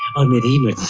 um the demon,